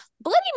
Bloody